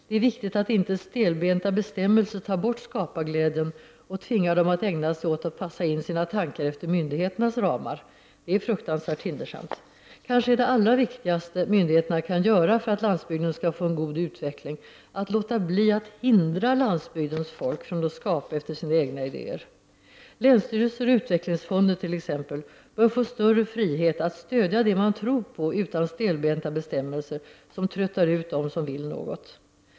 Det är viktigt att inte stelbenta bestämmelser tar bort skaparglädjen och tvingar dem att ägna sig åt att passa in sina tankar efter myndigheternas ramar. Det är fruktansvärt hindersamt. Kanske är det allra viktigaste myndigheterna kan göra för att landsbygden skall få en god utveckling, att låta bli att hindra landsbygdens folk från att skapa efter sina egna idéer. Länsstyrelser och utvecklingsfonder, t.ex., bör få större frihet att stödja det man tror på utan stelbenta bestämmelser som tröttar ut dem som vill något.